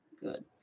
good